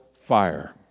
fire